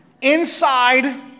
Inside